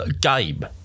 game